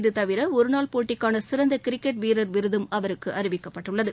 இதுதவிர ஒருநாள் போட்டிக்கான சிறந்த கிரிக்கெட் வீரர் விருதும் அவருக்கு அறிவிக்கப்பட்டுள்ளது